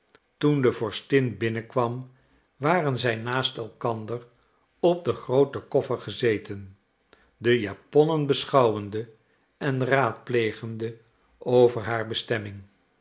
toen de vorstin binnenkwam waren zij naast elkander op den grooten koffer gezeten de japonnen beschouwende en raadplegende over haar bestemming